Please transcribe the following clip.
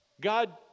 God